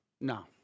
No